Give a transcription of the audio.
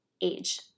age